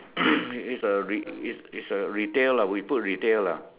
is a re~ is a retail lah we put retail lah